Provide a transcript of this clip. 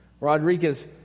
Rodriguez